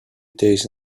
days